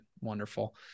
wonderful